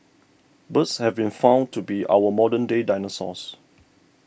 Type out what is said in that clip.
birds have been found to be our modern day dinosaurs